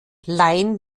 laien